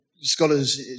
scholars